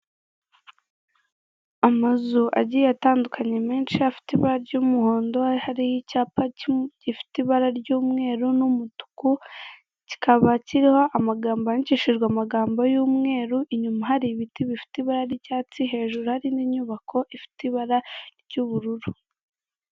Amazu agiye atandukanye menshi afite ibara ry'umuhondo hariho icyapa gifite ibara ry'umweru n'umutuku kikaba kiriho amagambo yandikishijwe amagambo y'umweru inyuma hari ibiti bifite ibara ry'icyatsi hejuru hari n'inyubako ifite ibara ry'ubururu.